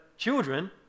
Children